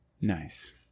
nice